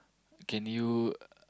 can you